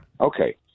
Okay